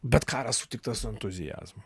bet karas sutiktas su entuziazmu